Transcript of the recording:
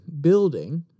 building